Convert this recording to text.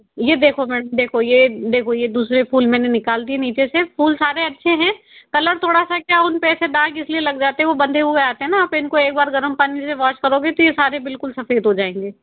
ये देखो मैडम देखो ये देखो ये दूसरे फूल मैंने निकाल दिए नीचे से फूल सारे अच्छे हैं कलर थोड़ा सा उनपे डार्क इसलिए लग जाता है वो बंधे हुए आते है ना आप इनको एक बार गर्म पानी से वॉश करोगे तो ये सारे बिल्कुल सफेद हो जायेंगे